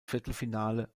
viertelfinale